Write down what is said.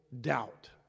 doubt